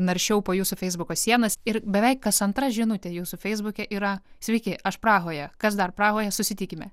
naršiau po jūsų feisbuko sienas ir beveik kas antra žinutė jūsų feisbuke yra sveiki aš prahoje kas dar prahoje susitikime